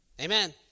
Amen